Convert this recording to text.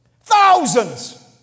Thousands